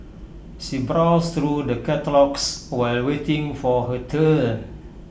she browsed through the catalogues while waiting for her turn